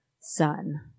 son